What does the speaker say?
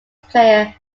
player